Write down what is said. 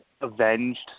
Avenged